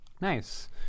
Nice